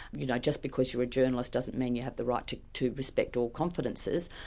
you know, just because you're a journalist doesn't mean you have the right to to respect all confidences,